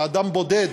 ואדם בודד